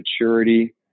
maturity